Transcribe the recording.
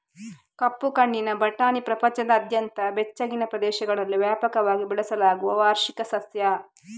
ಕಪ್ಪು ಕಣ್ಣಿನ ಬಟಾಣಿ ಪ್ರಪಂಚದಾದ್ಯಂತ ಬೆಚ್ಚಗಿನ ಪ್ರದೇಶಗಳಲ್ಲಿ ವ್ಯಾಪಕವಾಗಿ ಬೆಳೆಸಲಾಗುವ ವಾರ್ಷಿಕ ಸಸ್ಯ